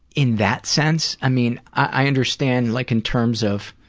in that sense? i mean, i understand, like, in terms of